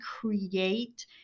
create